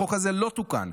החוק הזה לא תוקן.